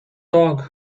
dog